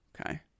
Okay